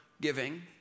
giving